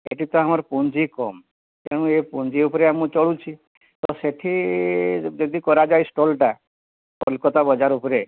ଏଠି ତ ଆମର ପୁଞ୍ଜି କମ ତେଣୁ ଏ ପୁଞ୍ଜି ଉପରେ ମୁଁ ଚଳୁଛି ତ ସେଇଠି ଯଦି କରାଯାଏ ଷ୍ଟଲ୍ଟା କଲିକତା ବଜାର ଉପରେ